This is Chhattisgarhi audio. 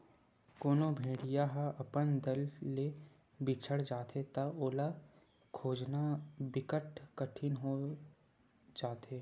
कोनो भेड़िया ह अपन दल ले बिछड़ जाथे त ओला खोजना बिकट कठिन हो जाथे